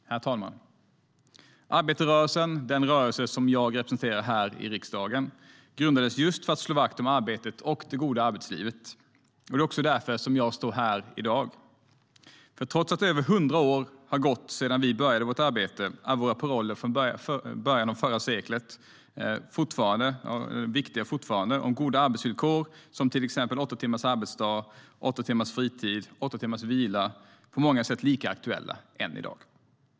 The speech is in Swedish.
Herr talman! Arbetarrörelsen, den rörelse som jag representerar här i riksdagen, grundades just för att slå vakt om arbetet och det goda arbetslivet. Det är därför jag står här i dag. Trots att över 100 år har gått sedan vi började vårt arbete är våra paroller från början av förra seklet om goda arbetsvillkor, till exempel åtta timmars arbetsdag, åtta timmars fritid och åtta timmars vila, på många sätt lika aktuella än i dag.